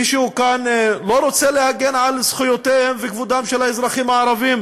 מישהו כאן לא רוצה להגן על זכויותיהם ועל כבודם של האזרחים הערבים?